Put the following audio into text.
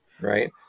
right